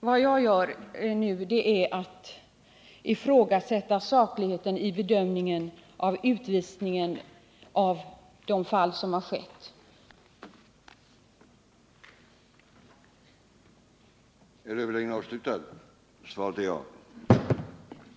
Vad jag gör är att jag ifrågasätter sakligheten i bedömningen av de fall som lett till utvisning.